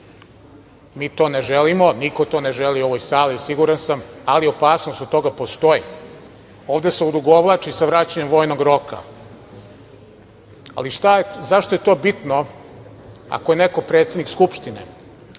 Mi to ne želimo, niko to ne želi u ovoj sali siguran sam, ali opasnost od toga postoji, ovde se odugovlači sa vraćanjem vojnog roka. Ali, zašto je to bitno, ako je neko predsednik Skupštine?